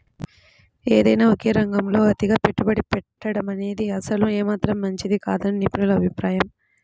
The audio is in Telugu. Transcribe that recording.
ఏదైనా ఒకే రంగంలో అతిగా పెట్టుబడి పెట్టడమనేది అసలు ఏమాత్రం మంచిది కాదని నిపుణుల అభిప్రాయం